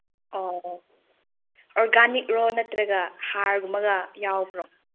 ꯑꯣ ꯑꯣꯔꯒꯥꯅꯤꯛꯂꯣ ꯅꯠꯇ꯭ꯔꯒ ꯍꯥꯔꯒꯨꯝꯕꯒ ꯌꯥꯎꯕ꯭ꯔꯣ